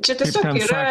čia tiesiog yra